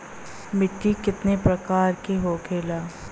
मिट्टी कितने प्रकार के होखेला?